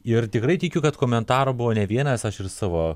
ir tikrai tikiu kad komentarų buvo ne vienas aš ir savo